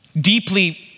deeply